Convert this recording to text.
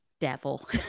devil